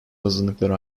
azınlıklara